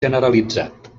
generalitzat